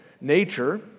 nature